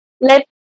let